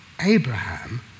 Abraham